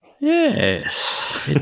Yes